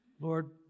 Lord